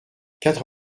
quatre